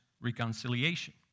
reconciliation